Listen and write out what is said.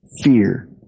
fear